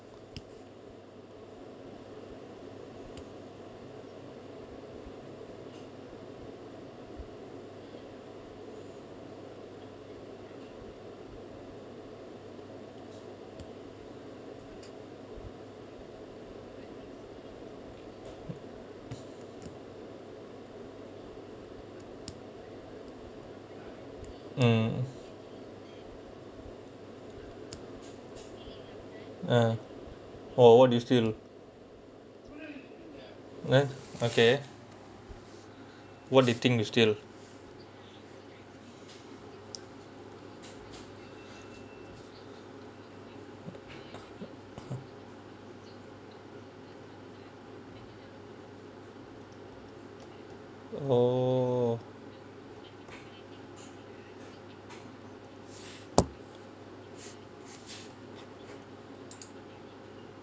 mm ah oh what do you feel uh okay what they think is still oh